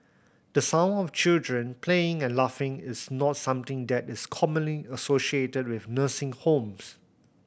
the sound of children playing and laughing is not something that is commonly associated with nursing homes